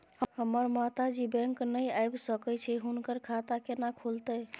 हमर माता जी बैंक नय ऐब सकै छै हुनकर खाता केना खूलतै?